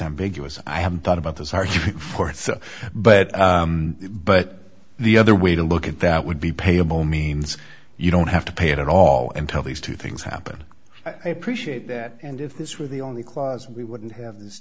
ambiguous i haven't thought about this are you or so but but the other way to look at that would be payable means you don't have to pay it at all and tell these two things happen i appreciate that and if this were the only clause we wouldn't have this